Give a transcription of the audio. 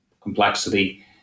complexity